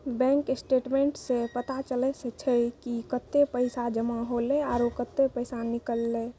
bank statements सें पता चलै छै कि कतै पैसा जमा हौले आरो कतै पैसा निकललै